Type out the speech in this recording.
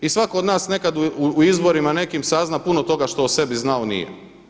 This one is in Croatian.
I svatko od nas nekad u izborima nekim sazna puno toga što o sebi znao nije.